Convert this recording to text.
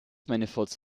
manifolds